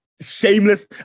Shameless